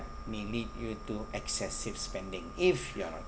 may lead you to excessive spending if you're